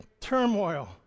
turmoil